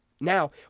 Now